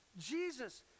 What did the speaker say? Jesus